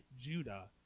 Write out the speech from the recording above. Judah